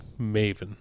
Maven